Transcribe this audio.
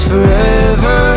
Forever